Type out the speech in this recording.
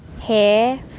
Hair